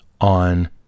on